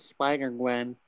Spider-Gwen